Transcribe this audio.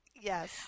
Yes